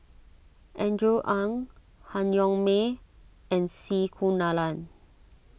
Andrew Ang Han Yong May and C Kunalan